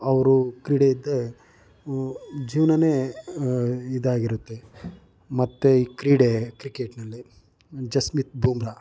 ಅವರು ಕ್ರೀಡೆಯಿಂದೇ ಜೀವನವೇ ಇದಾಗಿರುತ್ತೆ ಮತ್ತೆ ಕ್ರೀಡೆ ಕ್ರಿಕೆಟ್ನಲ್ಲಿ ಜಸ್ಮಿತ್ ಬೂಮ್ರಾ